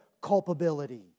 culpability